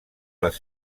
les